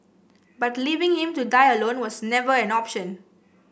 but leaving him to die alone was never an option